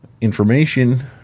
information